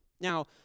now